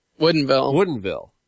Woodenville